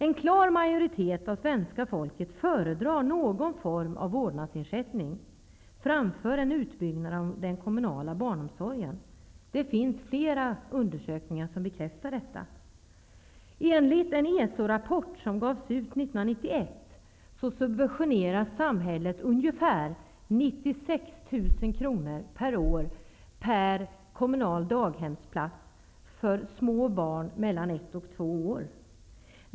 En klar majoritet av svenska folket föredrar någon form av vårdnadsersättning framför en utbyggnad av den kommunala barnomsorgen. Det finns flera undersökningar som bekräftar detta. subventionerar samhället med ungefär 96 000 kr. per år en kommunal daghemsplats för små barn mellan ett och två år.